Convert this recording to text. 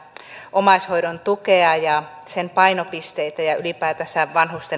omaishoidon tukea ja sen painopisteitä ja ylipäätänsä